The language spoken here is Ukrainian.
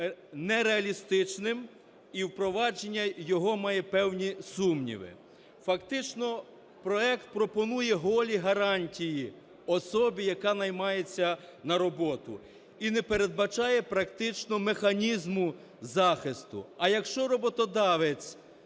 нереалістичним і впровадження його має певні сумніви. Фактично проект пропонує "голі" гарантії особі, яка наймається на роботу, і не передбачає практично механізму захисту. А якщо роботодавець